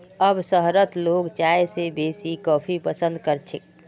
अब शहरत लोग चाय स बेसी कॉफी पसंद कर छेक